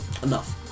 Enough